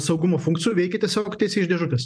saugumo funkcijų veikia tiesiog tiesiai iš dėžutės